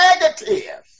negative